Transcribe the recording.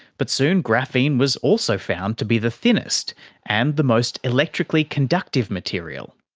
but soon graphene was also found to be the thinnest and the most electrically conductive material.